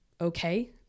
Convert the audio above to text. okay